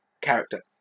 Character